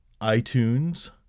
iTunes